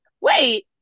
Wait